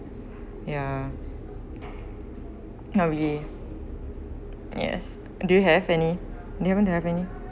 ya now we yes do you have any you never have any